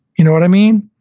you know what i mean?